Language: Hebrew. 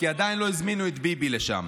כי עדיין לא הזמינו את ביבי לשם.